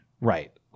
Right